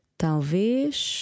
talvez